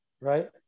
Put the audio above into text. right